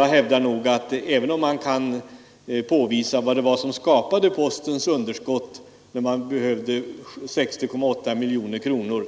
Man kan naturligtvis påvisa vad det var som skapade postens underskott när det behövdes 60,8 miljoner kronor,